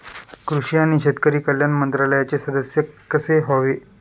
कृषी आणि शेतकरी कल्याण मंत्रालयाचे सदस्य कसे व्हावे?